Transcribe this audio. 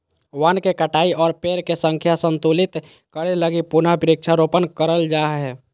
वन के कटाई और पेड़ के संख्या संतुलित करे लगी पुनः वृक्षारोपण करल जा हय